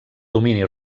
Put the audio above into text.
domini